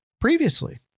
previously